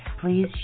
please